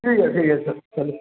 ٹھیک ہے ٹھیک ہے سر چلو